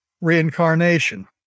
reincarnation